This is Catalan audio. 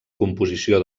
composició